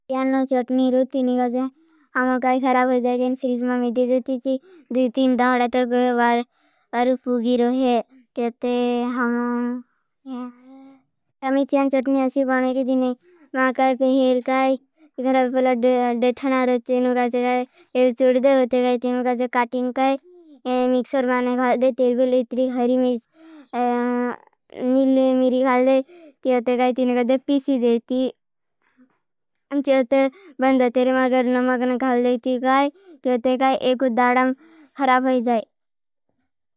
या न चटनी रोटी का खाना खराब हो जाए। के लिए म दिनचर्या दो तीन घंटा बार बार होगी। रहे तेते हम ज्यादा चैन चटनी बनेगी नहीं। मां का पेले का घर वाला ठंडा रोटी काट के तेल डाल देते काटी हुई। मिक्सर ज्यादा तेल भी नही खाती। तेरे को हरी मिर्च नीली मिर्च घाल दे। क्या होता ह कातिल का पीसी देती। खुश होते। बन्दा तेरे मगर नमक नही खा लेती का। चौथी गई एक दादा खराब हो जाए।